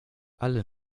alle